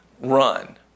run